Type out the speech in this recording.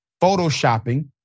photoshopping